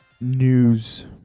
news